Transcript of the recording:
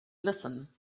listen